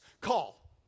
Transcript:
call